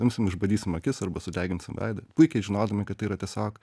imsim išbadysim akis arba sudeginsim veidą puikiai žinodami kad yra tiesiog